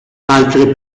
altre